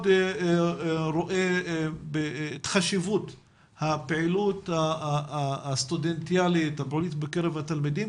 רואה את חשיבות הפעילות הסטודנטיאלית הפוליטית בקרב התלמידים,